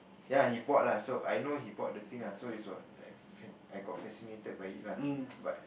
ya he bought lah so I know he bought the thing lah so is what I got fascinated by it lah